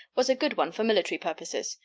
was a good one for military purposes,